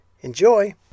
Enjoy